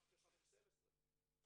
כולנו זוכרים מה היה בעבר,